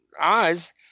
eyes